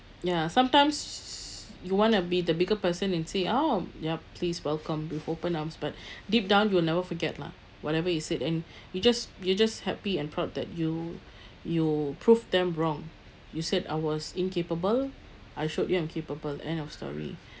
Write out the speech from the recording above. ya sometimes you wanna be the bigger person and say oh yup please welcome with open arms but deep down you will never forget lah whatever he said and you just you're just happy and proud that you you prove them wrong you said I was incapable I showed you I'm capable end of story